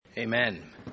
Amen